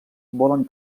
volen